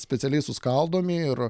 specialiai suskaldomi ir